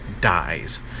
dies